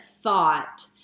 thought